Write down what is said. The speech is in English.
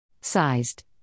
Sized